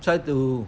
try to